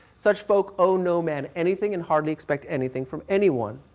such folk owe no man anything and hardly expect anything from anyone.